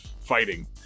fighting